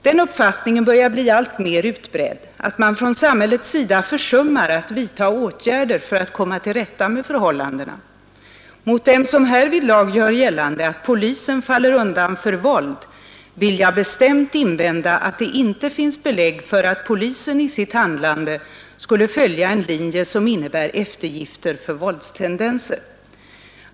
Den uppfattningen börjar bli alltmer utbredd att man från samhällets sida försummar att vidtaga åtgärder för att komma till rätta med förhållandena. Mot dem som härvidlag gör gällande att polisen faller undan för våld vill jag bestämt invända att det inte finns belägg för att polisen i sitt handlande skulle följa en linje som innebär eftergifter för våldstendenser.